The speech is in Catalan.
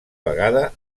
vegada